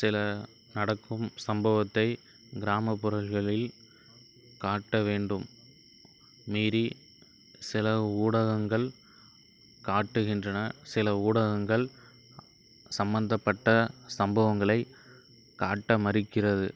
சில நடக்கும் சம்பவத்தை கிராமப்புறங்களில் காட்ட வேண்டும் மீறி சில ஊடகங்கள் காட்டுகின்றன சில ஊடகங்கள் சம்பந்தப்பட்ட சம்பவங்களை காட்ட மறுக்கிறது